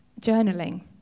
journaling